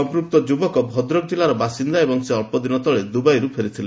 ସଂପୃକ୍ତ ଯୁବକ ଭଦ୍ରକ ଜିଲ୍ଲାର ବାସିନ୍ଦା ଏବଂ ସେ ଅଳ୍ପଦିନ ତଳେ ଦୁବାଇରୁ ଫେରିଥିଲେ